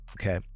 Okay